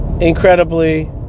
incredibly